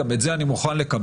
גם את זה אני מוכן לקבל,